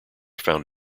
found